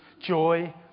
joy